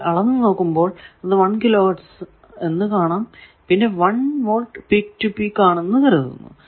എന്നാൽ അളന്നു നോക്കുമ്പോൾ അത് 1 കിലോ ഹേർട്സ് എന്ന് കാണും പിന്നെ 1V പീക് റ്റു പീക് ആണെന്ന് കരുതുന്നു